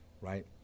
right